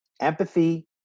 empathy